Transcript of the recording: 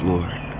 Lord